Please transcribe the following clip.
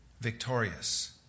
victorious